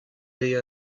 deiz